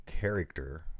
character